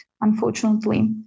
unfortunately